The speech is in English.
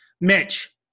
mitch